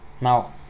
Now